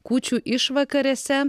kūčių išvakarėse